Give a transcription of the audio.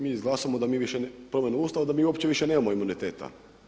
Mi izglasamo da mi više promjenu Ustava da mi uopće više nemamo imuniteta.